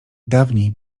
dawniej